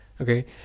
Okay